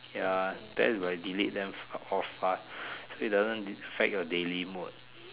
ya best if I delete them off ah so that it doesn't affect your daily mood